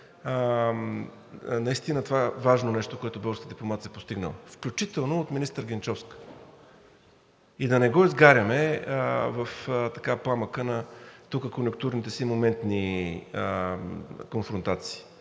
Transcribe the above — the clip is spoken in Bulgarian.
наистина това важно нещо, което българската дипломация е постигнала, включително от министър Генчовска, и да не го изгаряме в пламъка на тук конюнктурните си моментни конфронтации,